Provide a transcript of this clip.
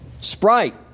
Sprite